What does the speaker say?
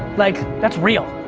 like, that's real.